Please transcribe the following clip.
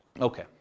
Okay